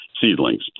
seedlings